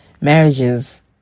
marriages